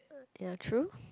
ya true